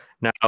Now